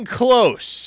close